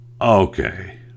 Okay